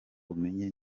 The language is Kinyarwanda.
umenye